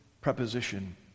preposition